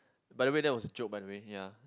by the way that was a joke by the way ya